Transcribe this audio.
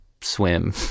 swim